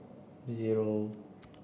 zero